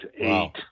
eight